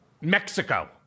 Mexico